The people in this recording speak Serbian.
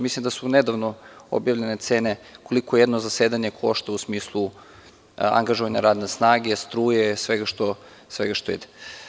Mislim da su nedavno objavljene cene koliko jedno zasedanje košta u smislu angažovanja radne snage, struje i svega što ide.